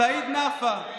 סעיד נפאע.